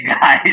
guys